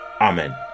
Amen